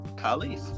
Khalif